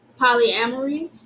polyamory